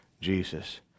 Jesus